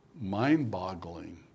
mind-boggling